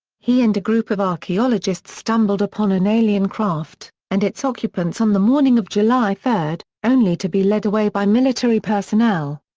he and a group of archaeologists stumbled upon an alien craft, and its occupants on the morning of july three, only to be led away by military personnel.